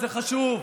זה חשוב,